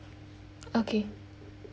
okay